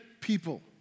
people